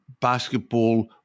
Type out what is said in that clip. basketball